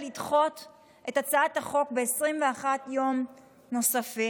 לדחות את הצעת החוק ב-21 יום נוספים.